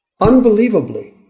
Unbelievably